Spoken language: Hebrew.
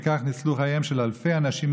וכך ניצלו חייהם של אלפי אנשים,